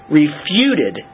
refuted